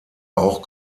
auch